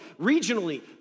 regionally